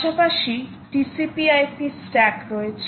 পাশাপাশি TCP IP stack রয়েছে